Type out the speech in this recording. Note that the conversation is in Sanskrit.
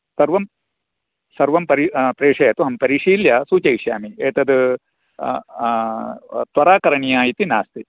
सर्वं सर्वं प्रषयतु अहं परिशील्य सूचयिष्यामि एतत् त्वरा करणीया इति नास्ति